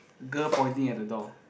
girl pointing at the door